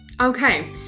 Okay